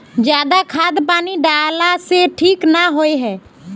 ज्यादा खाद पानी डाला से ठीक ना होए है?